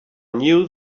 knew